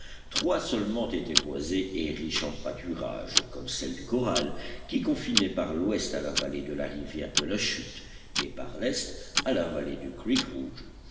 trois seulement étaient boisées et riches en pâturages comme celle du corral qui confinait par l'ouest à la vallée de la rivière de la chute et par l'est à la vallée du creek rouge